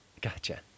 gotcha